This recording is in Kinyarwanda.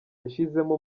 yashizemo